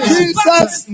Jesus